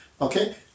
okay